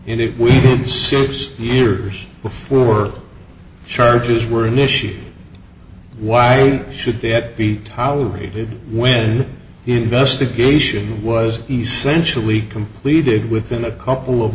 and if we had six years before the charges were an issue why should that be tolerated when the investigation was essentially completed within a couple of